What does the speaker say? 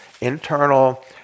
internal